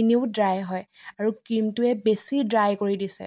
এনেও ড্ৰাই হয় আৰু ক্ৰীমটোৱে বেছি ড্ৰাই কৰি দিছে